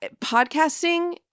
Podcasting